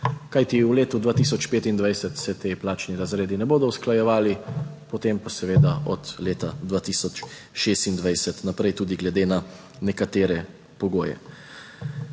Kajti, v letu 2025 se ti plačni razredi ne bodo usklajevali, potem pa seveda od leta 2026 naprej tudi glede na nekatere pogoje.